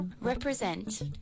Represent